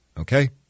okay